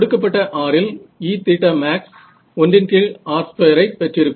கொடுக்கப்பட்ட r இல் E 1r2ஐ பெற்றிருக்கும்